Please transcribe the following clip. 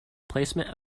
placement